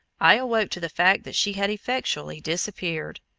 i awoke to the fact that she had effectually disappeared,